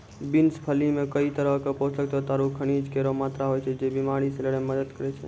beans फली मे कई तरहो क पोषक तत्व आरु खनिज केरो मात्रा होय छै, जे बीमारी से लड़ै म मदद करै छै